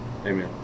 Amen